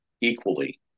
equally